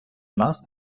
нас